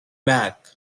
back